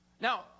Now